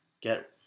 get